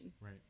Right